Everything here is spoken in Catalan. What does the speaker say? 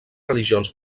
religions